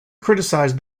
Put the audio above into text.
criticize